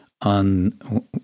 on